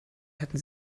hätte